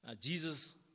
Jesus